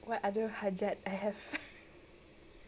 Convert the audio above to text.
what other hajat I have